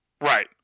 Right